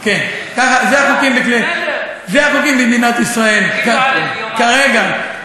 בסדר, כן, אלה החוקים במדינת ישראל, כרגע.